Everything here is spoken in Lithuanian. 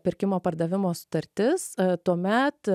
pirkimo pardavimo sutartis tuomet